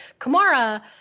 Kamara